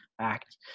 act